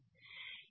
ఈ 0